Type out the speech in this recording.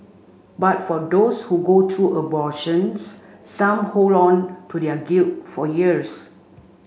but for those who go through abortions some hold on to their guilt for years